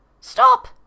Stop